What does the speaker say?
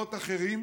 במקומות אחרים,